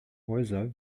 häuser